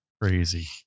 crazy